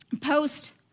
post